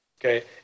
okay